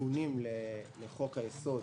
תיקונים לחוק-היסוד